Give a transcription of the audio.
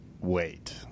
wait